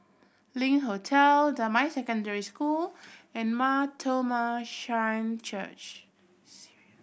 Link Hotel Damai Secondary School and Mar Thoma Syrian Church